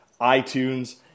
iTunes